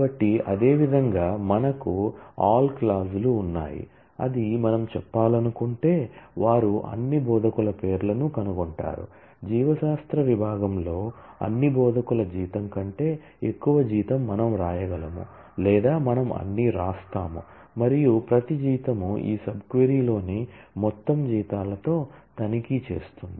కాబట్టి అదేవిధంగా మనకు ఆల్ క్లాజ్ లు ఉన్నాయి అది మనం చెప్పాలనుకుంటే వారు అన్ని బోధకుల పేర్లను కనుగొంటారు జీవశాస్త్ర విభాగంలో అన్ని బోధకుల జీతం కంటే ఎక్కువ జీతం మనం వ్రాయగలము లేదా మనం అన్నీ వ్రాస్తాము మరియు ప్రతి జీతం ఈ సబ్ క్వరీ లోని మొత్తం జీతాలతో తనిఖీ చేస్తుంది